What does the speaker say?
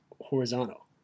Horizontal